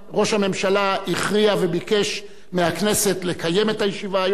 ראש הממשלה הכריע וביקש מהכנסת לקיים את הישיבה היום,